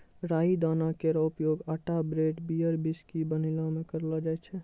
राई दाना केरो उपयोग आटा ब्रेड, बियर, व्हिस्की बनैला म करलो जाय छै